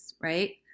right